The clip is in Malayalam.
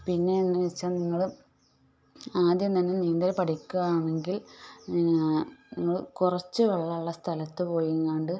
പിന്നേ എന്ന് വച്ചാൽ നിങ്ങൾ ആദ്യം തന്നെ നീന്തൽ പഠിക്കുകയാണെങ്കിൽ നിങ്ങൾ കുറച്ച് വെള്ളമുള്ള സ്ഥലത്ത് പോയെങ്ങാനും